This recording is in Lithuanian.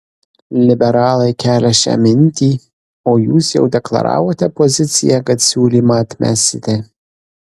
liberalai kelią šią mintį o jūs jau deklaravote poziciją kad siūlymą atmesite